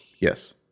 Yes